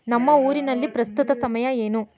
ನಮ್ಮ ಊರಿನಲ್ಲಿ ಪ್ರಸ್ತುತ ಸಮಯ ಏನು